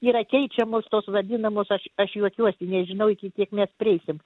yra keičiamos tos vadinamos aš aš juokiuosi nežinau iki kiek mes prieisim